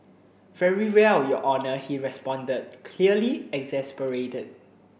very well your Honour he responded clearly exasperated